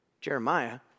Jeremiah